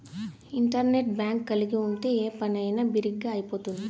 internet bank కలిగి ఉంటే ఏ పనైనా బిరిగ్గా అయిపోతుంది